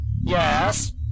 Yes